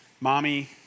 Mommy